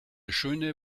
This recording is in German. schöne